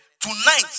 Tonight